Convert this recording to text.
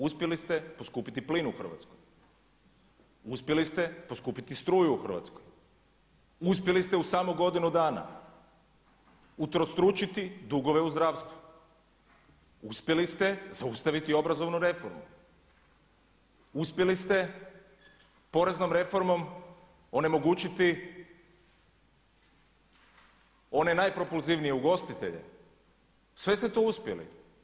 Uspjeli ste poskupiti plin u Hrvatskoj, uspjeli ste poskupiti struju u Hrvatskoj, uspjeli ste u samo godinu dana utrostručiti dugove u zdravstvu, uspjeli ste zaustaviti obrazovnu reformu, uspjeli ste poreznom reformom onemogućiti one najpropulzivnije ugostitelje, sve ste to uspjeli.